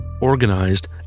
organized